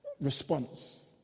response